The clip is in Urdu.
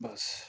بس